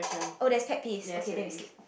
oh there is pet peeves okay then we skip